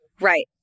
Right